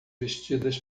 vestidas